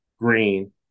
green